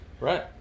right